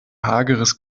hageres